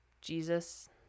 Jesus